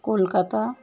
Kolkata